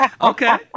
okay